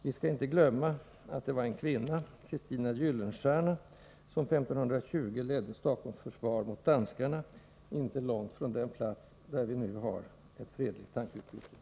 Vi skall inte glömma att det var en kvinna, Kristina Gyllenstierna, som år 1520 ledde Stockholms försvar mot danskarna, inte långt från den plats där vi nu har ett fredligt tankeutbyte.